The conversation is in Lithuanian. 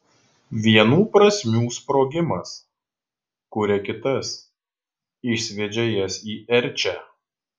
vienų prasmių sprogimas kuria kitas išsviedžia jas į erčią